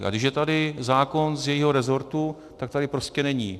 A když je tady zákon z jejího resortu, tak tady prostě není.